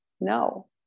no